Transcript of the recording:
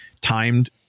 timed